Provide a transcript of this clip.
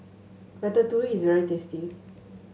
ratatouille is very tasty